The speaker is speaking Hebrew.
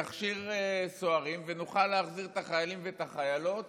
הוא יכשיר סוהרים ונוכל להחזיר את החיילים והחיילות